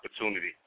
opportunity